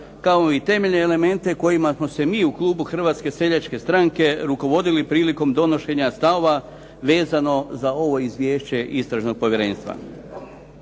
kao i temeljne elemente kojima smo se mi u klubu Hrvatske seljačke stranke rukovodili prilikom donošenja stavova vezano za ovo izvješće Istražnog povjerenstva.